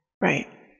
Right